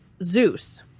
Zeus